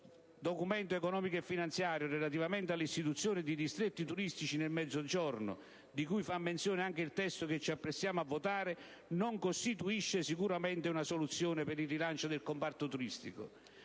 nel Documento di economia e finanza relativamente all'istituzione di distretti turistici nel Mezzogiorno, di cui fa menzione anche il testo che ci apprestiamo a votare, non costituisce sicuramente una soluzione per il rilancio del comparto turistico.